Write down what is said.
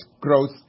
growth